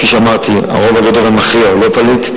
כפי שאמרתי, הרוב הגדול והמכריע הם לא פליטים.